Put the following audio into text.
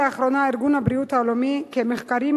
לאחרונה הודיע ארגון הבריאות העולמי כי מחקרים